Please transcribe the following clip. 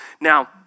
Now